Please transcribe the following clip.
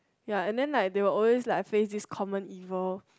ya and then like they will always like face this common evil